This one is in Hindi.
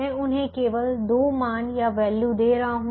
मैं उन्हें केवल दो मान वैल्यूvalue दे रहा हूं